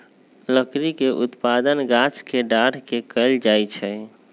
लकड़ी के उत्पादन गाछ के डार के कएल जाइ छइ